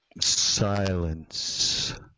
Silence